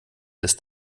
ist